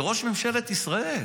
זה ראש ממשלת ישראל.